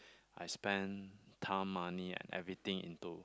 I spend time money and everything into